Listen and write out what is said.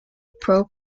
pro